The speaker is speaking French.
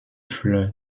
fleurs